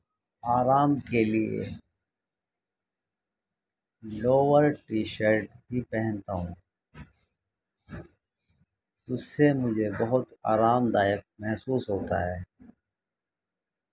آرام کے لیے ڈوور ٹی شرٹ بھی پہنتا ہوں اس سے مجھے بہت آرام دایک محسوس ہوتا ہے